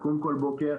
לקום כול בוקר,